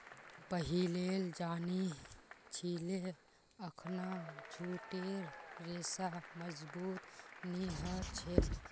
पहिलेल जानिह छिले अखना जूटेर रेशा मजबूत नी ह छेक